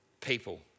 People